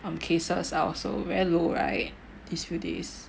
um cases are also very low right these few days